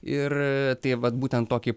ir tai vat būtent tokį